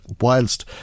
whilst